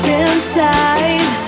inside